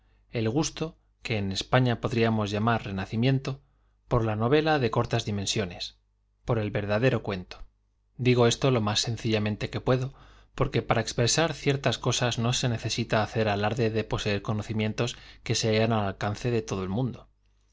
el gusto que en españa podríamos llamar renacimiento por la novela de cortas dimensiones i por el verdadero cuento digo esto lo más sencillamente que puedo porque para expresar ciertas cosas no se necesita hacer alarde de poseer conocimientos que se hallan al alcance de todo el mundo